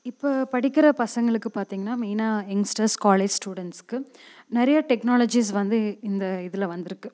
இப்போ படிக்கிற பசங்களுக்கு பார்த்திங்னா மெயினாக எங்ஸ்ட்டரஸ் காலேஜ் ஸ்டுடென்ட்ஸ்க்கு நிறைய டெக்னாலஜிஸ் வந்து இந்த இதில் வந்திருக்கு